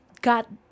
got